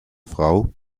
frau